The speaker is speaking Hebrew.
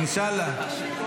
אינשאללה.